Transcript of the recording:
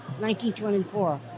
1924